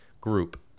group